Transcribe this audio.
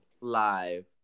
live